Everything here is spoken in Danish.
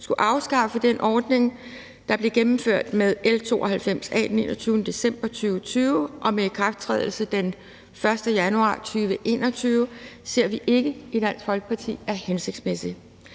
skulle afskaffe den ordning, der blev gennemført med L 92 A den 21. december 2020 og med ikrafttrædelse den 1. januar 2021, ser vi ikke i Dansk Folkeparti som hensigtsmæssigt,